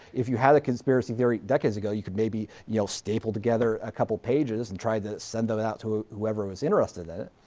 if you had a conspiracy theory decades ago, you could maybe, you know, staple together a couple of pages and tried to send them out to whoever was interested in it.